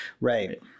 right